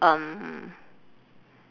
um